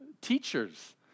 teachers